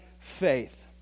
faith